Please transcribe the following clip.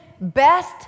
best